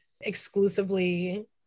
exclusively